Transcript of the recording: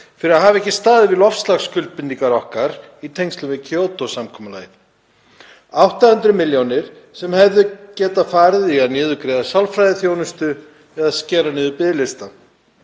fyrir að hafa ekki staðið við loftslagsskuldbindingar okkar í tengslum við Kyoto-samkomulagið. 800 milljónir sem hefðu getað farið í að niðurgreiða sálfræðiþjónustu eða skera niður biðlista.